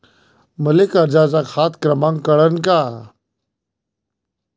मले कर्जाचा खात क्रमांक कळन का?